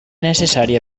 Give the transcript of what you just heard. necessària